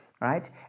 right